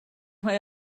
mae